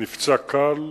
הוא נפצע קל,